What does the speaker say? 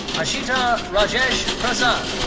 ashita rajesh prasad.